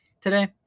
today